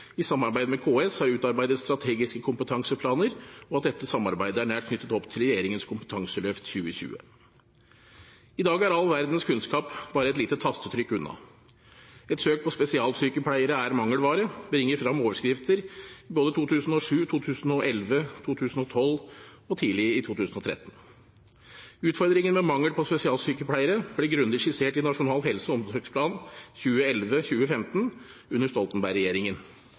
i samarbeid med KS har utarbeidet strategiske kompetanseplaner, og at dette samarbeidet er nært knyttet opp til regjeringens Kompetanseløft 2020? I dag er all verdens kunnskap bare et lite tastetrykk unna. Et søk på «spesialsykepleiere er mangelvare» bringer frem overskrifter i både 2007, 2011, 2012 og tidlig i 2013. Utfordringen med mangel på spesialsykepleiere ble grundig skissert i Nasjonal helse- og omsorgsplan for 2011–2015 under